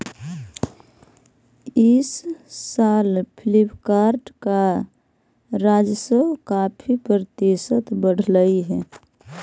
इस साल फ्लिपकार्ट का राजस्व काफी प्रतिशत बढ़लई हे